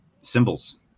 symbols